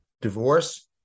Divorce